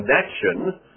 connection